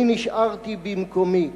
אני נשארתי במקומי.